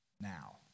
now